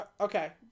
Okay